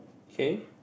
K